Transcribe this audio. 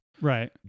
Right